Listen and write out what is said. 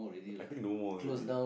I think no more already